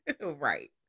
Right